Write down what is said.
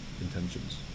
intentions